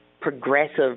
progressive